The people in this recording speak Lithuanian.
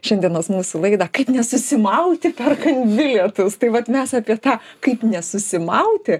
šiandienos mūsų laidą kaip nesusimauti perkant bilietus tai vat mes apie tą kaip nesusimauti